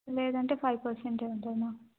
లేదంటే ఫైవ్ పర్సెంటే ఉంటుంది మ్యామ్